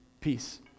peace